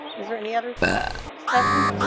is there any other discussion